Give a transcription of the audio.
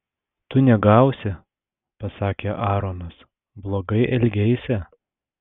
tu negausi pasakė aaronas blogai elgeisi